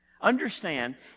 understand